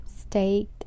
state